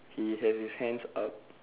he has his hands up